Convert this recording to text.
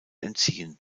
entziehen